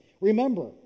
Remember